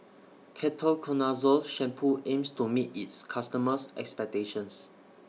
Ketoconazole Shampoo aims to meet its customers' expectations